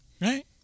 Right